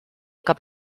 cap